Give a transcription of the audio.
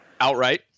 Outright